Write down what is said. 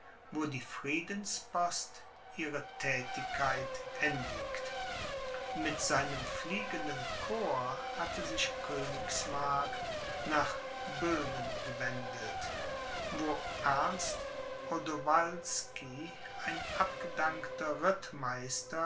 wo die friedenspost ihre thätigkeit endigt mit seinem fliegenden corps hatte sich königsmark nach böhmen gewendet wo ernst odowalsky ein abgedankter